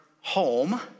home